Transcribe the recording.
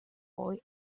boy